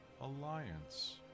alliance